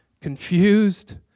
confused